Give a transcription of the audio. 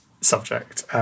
subject